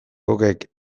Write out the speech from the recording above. goghek